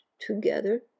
together